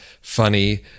funny